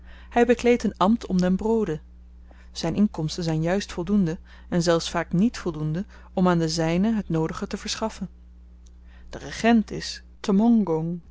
hy bekleedt een ambt om den broode zyn inkomsten zyn juist voldoende en zelfs vaak niet voldoende om aan de zynen het noodige te verschaffen de regent is